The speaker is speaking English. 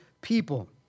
people